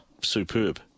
superb